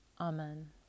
Amen